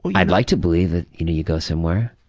i'd like to believe that you know you go somewhere,